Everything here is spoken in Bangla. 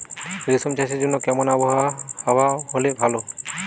রেশম চাষের জন্য কেমন আবহাওয়া হাওয়া হলে ভালো?